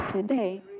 Today